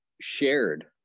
shared